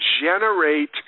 generate